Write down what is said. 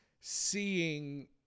seeing